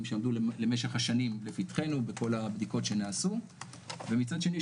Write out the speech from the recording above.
שעמדו למשך השנים לפתחנו בכל הבדיקות שנעשו ומצד שני,